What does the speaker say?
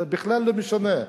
זה בכלל לא משנה.